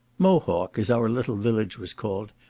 mohawk, as our little village was called,